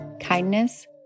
kindness